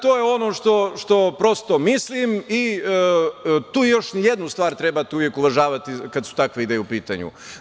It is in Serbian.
To je ono što prosto mislim i tu još jednu stvar trebate uvek uvažavati kada su takve ideje u pitanju.